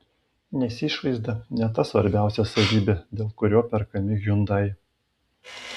nes išvaizda ne ta svarbiausia savybė dėl kurio perkami hyundai